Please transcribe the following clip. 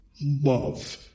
love